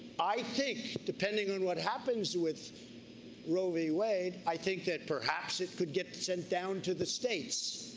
i think, depending on what happens with roe v. wade, i think that perhaps it could get sent down to the states.